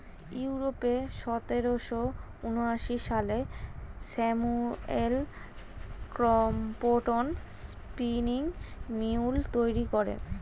ইউরোপে সতেরোশো ঊনআশি সালে স্যামুয়েল ক্রম্পটন স্পিনিং মিউল তৈরি করেন